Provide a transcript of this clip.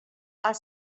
are